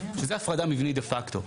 שזה הפרדה מבנית דה פקטו,